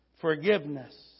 forgiveness